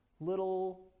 little